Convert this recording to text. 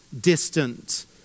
distant